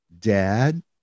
dad